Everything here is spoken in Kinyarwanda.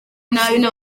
n’abandi